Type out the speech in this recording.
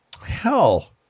Hell